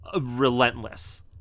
relentless